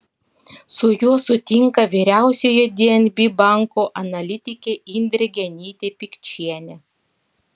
su juo sutinka vyriausioji dnb banko analitikė indrė genytė pikčienė